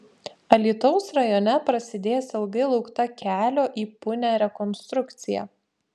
alytaus rajone prasidės ilgai laukta kelio į punią rekonstrukcija